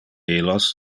illos